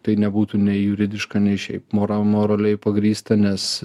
tai nebūtų nei juridiška nei šiaip moral moraliai pagrįsta nes